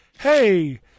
hey